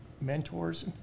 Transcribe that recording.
mentors